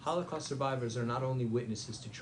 על כל מה שאת עושה,